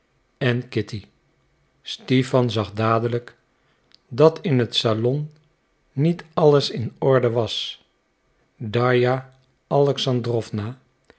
en kitty stipan zag dadelijk dat in het salon niet alles in orde was darja alexandrowna